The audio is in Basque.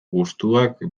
gustuak